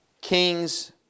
kings